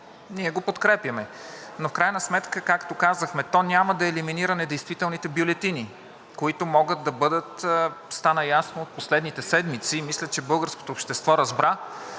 ние го подкрепяме, но в крайна сметка, както казахме, то няма да елиминира недействителните бюлетини, които могат да бъдат, стана ясно от последните седмици. Мисля, че българското общество разбра